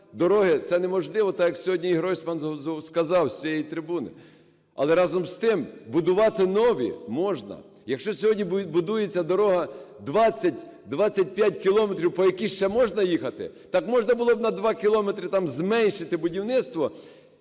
дороги - це неможливо, так, як сьогодні Гройсман сказав з цієї трибуни. Але, разом з тим, будувати нові можна. Якщо сьогодні будується дорога 20-25 кілометрів, по якій ще можна їхати, так можна було б на 2 кілометри там зменшити будівництво